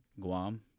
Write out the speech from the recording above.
Guam